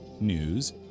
news